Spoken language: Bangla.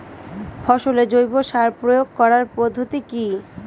ফসলে জৈব সার প্রয়োগ করার পদ্ধতি কি?